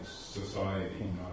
society